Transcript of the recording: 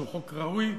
שהוא חוק ראוי.